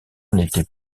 n’était